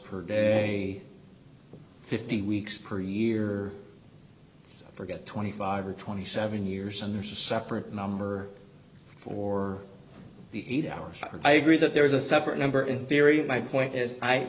per day fifty weeks per year forget twenty five or twenty seven years and there's a separate number for the eight hours i agree that there is a separate number in theory my point is i